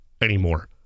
anymore